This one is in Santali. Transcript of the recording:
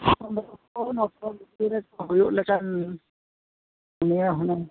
ᱟᱫᱚ ᱩᱱ ᱚᱠᱛᱚ ᱵᱷᱤᱛᱤᱨ ᱨᱮᱠᱚ ᱦᱩᱭᱩᱜ ᱞᱮᱠᱟᱱ ᱯᱩᱱᱤᱭᱟᱹ ᱦᱩᱱᱟᱹᱝ